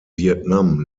vietnam